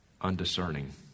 undiscerning